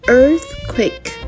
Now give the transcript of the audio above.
earthquake 。